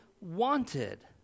wanted